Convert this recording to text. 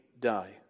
die